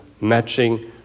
matching